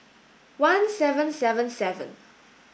one seven seven seven